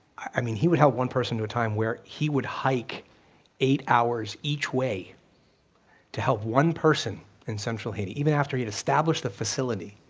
i mean, he would help one person at a time where he would hike eight hours each way to help one person in central haiti, even after he had established the facility.